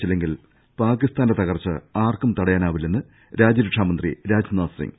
ച്ചില്ലെങ്കിൽ പാക്കിസ്ഥാന്റെ തകർച്ച ആർക്കും തട യാനാവില്ലെന്ന് രാജ്യരക്ഷാ മന്ത്രി രാജ്നാഥ് സിംഗ്